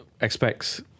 expects